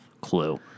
clue